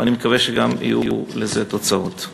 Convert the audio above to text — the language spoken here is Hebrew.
ואני מקווה שגם יהיו לזה תוצאות.